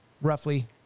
roughly